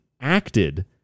acted